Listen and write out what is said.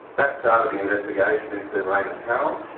that started the investigation into raymond carroll.